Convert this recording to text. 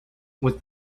with